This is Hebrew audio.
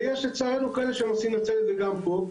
ויש לצערנו כאלה שהם רוצים לנצל את זה גם פה.